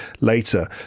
later